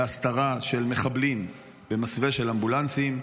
בהסתרה של מחבלים במסווה של אמבולנסים.